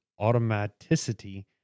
automaticity